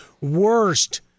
worst